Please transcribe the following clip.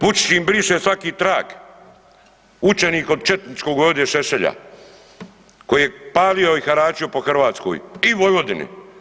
Vučić im briše svaki trag, učenik od četničkog ovdje Šešelja koji je palio i haračio po Hrvatskoj i Vojvodini.